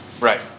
Right